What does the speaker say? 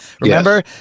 Remember